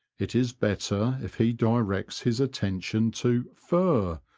it is better if he directs his attention to fur,